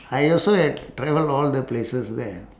I also have travel all the places there